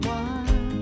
one